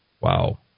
Wow